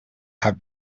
have